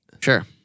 Sure